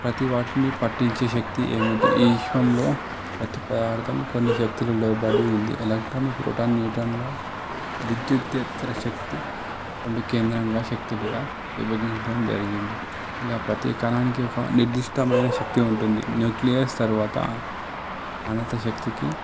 ప్రతీ వాటిని పట్టించే శక్తి ఏమిటి ఈ విశ్వంలో ప్రతిపదార్థం కొన్ని శక్తుల లోబడి ఉంది ఎలక్ట్రాన్ ప్రోటాన్ న్యూట్రాన్లా విద్యుత్తేతర శక్తి రెండు కేంద్రంగా శక్తులుగా విభజించడం జరిగింది ఇలా ప్రతీ కాలానికి ఒక నిర్దిష్టమైన శక్తి ఉంటుంది న్యూక్లియస్ తరువాత అనంత శక్తికి